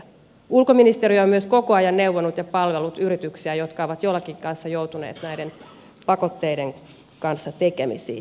ulkoministeriö on myös koko ajan neuvonut ja palvellut yrityksiä jotka ovat jollakin tavalla joutuneet näiden pakotteiden kanssa tekemisiin